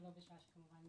ולא בשעה שכמובן